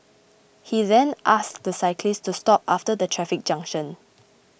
he then asked the cyclist to stop after the traffic junction